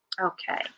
Okay